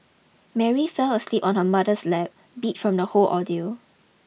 Mary fell asleep on her mother's lap beat from the whole ordeal